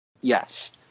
Yes